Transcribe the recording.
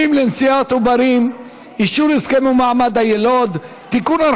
לנשיאת עוברים (אישור הסכם ומעמד היילוד) (תיקון,